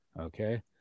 Okay